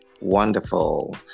Wonderful